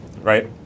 right